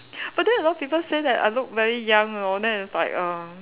but then a lot of people say that I look very young you know then it's like err